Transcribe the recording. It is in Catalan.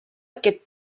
aquest